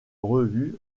revue